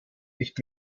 nicht